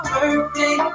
Birthday